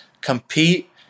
compete